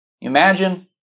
Imagine